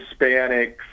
hispanics